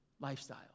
lifestyle